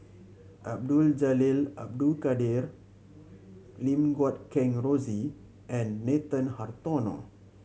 Abdul Jalil Abdul Kadir Lim Guat Kheng Rosie and Nathan Hartono